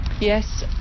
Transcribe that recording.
Yes